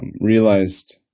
realized